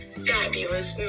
fabulous